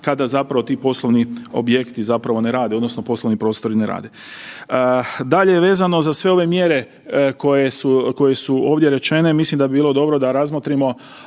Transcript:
kada zapravo ti poslovni objekti zapravo ne rade odnosno poslovni prostori ne rade. Dalje, vezano za sve ove mjere koje su ovdje rečene mislim da bi bilo dobro da razmotrimo